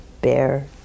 Bear